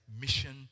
mission